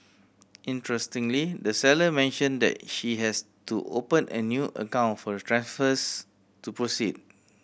interestingly the seller mentioned that she has to open a new account for the transfers to proceed